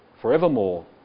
forevermore